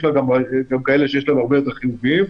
גם מדינות שיש בהן הרבה יותר אנשים חיוביים.